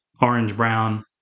orange-brown